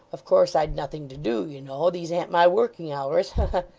of course i'd nothing to do, you know. these an't my working hours.